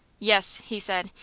yes, he said,